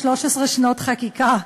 13 שנות חקיקה.